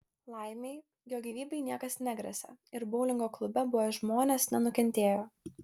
laimei jo gyvybei niekas negresia ir boulingo klube buvę žmonės nenukentėjo